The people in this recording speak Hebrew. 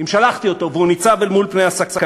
אם שלחתי אותו והוא ניצב אל מול פני הסכנה,